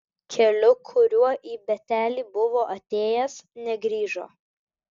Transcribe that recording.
keliu kuriuo į betelį buvo atėjęs negrįžo